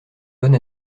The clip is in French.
bonne